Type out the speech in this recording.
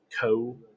co-